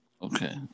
Okay